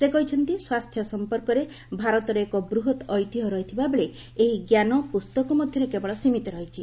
ସେ କହିଛନ୍ତି ସ୍ୱାସ୍ଥ୍ୟ ସମ୍ପର୍କରେ ଭାରତର ଏକ ବୃହତ୍ ଐତିହ୍ୟ ରହିଥିବା ବେଳେ ଏହି ଜ୍ଞାନ ପୁସ୍ତକ ମଧ୍ୟରେ କେବଳ ସୀମିତ ରହିଛି